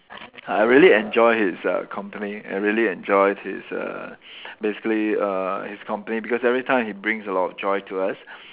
I really enjoy his uh company I really enjoy his err basically err his company because everytime he brings a lot of joy to us